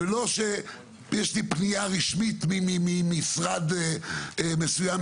זה לא שיש לי פנייה רשמית ממשרד מסוים,